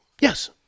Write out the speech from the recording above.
Yes